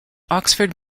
oxford